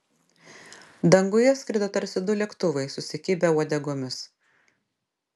danguje skrido tarsi du lėktuvai susikibę uodegomis